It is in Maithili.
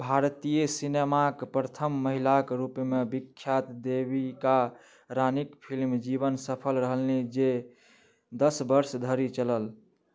भारतीय सिनेमाके प्रथम महिलाके रूपमे विख्यात देविका रानीके फिल्म जीवन सफल रहलनि जे दस वर्ष धरि चलल